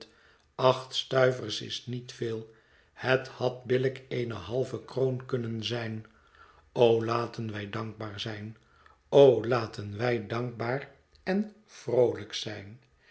acht stuivers is niet veel het had billijk eene halve kroon kunnen zijn o laten wij dankbaar zijn o laten wij dankbaar en vroohjk zijn